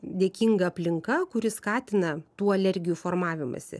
dėkinga aplinka kuri skatina tų alergijų formavimąsi